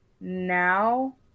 now